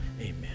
Amen